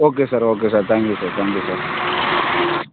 okay sir okay sir thank you sir thank you sir